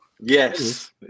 Yes